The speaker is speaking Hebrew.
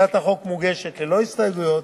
הצעת החוק מוגשת ללא הסתייגויות,